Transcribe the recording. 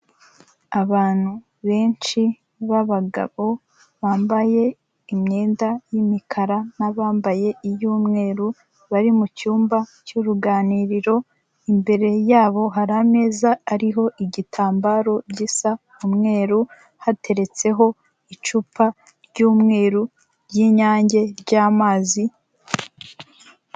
abantu benshi babagabo bambaye imyenda y'imikara nabambaye iy'umweru bari mu cyumba cy'uruganiriro, imbere yabo hari ameza ariho igitambaro gisa umweru hateretseho icupa ry'umweru ry'Inyange ry'amazi.